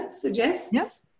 suggests